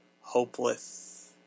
hopeless